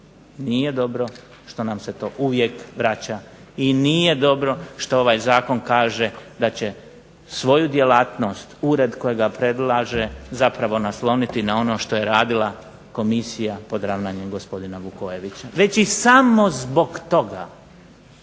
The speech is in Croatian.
Nije dobro što nam se to uvijek vraća i nije dobro što ovaj zakon kaže da će svoju djelatnost ured kojega predlaže zapravo nasloniti na ono što je radila komisija pod ravnanjem gospodina Vukojevića već i samo zbog toga,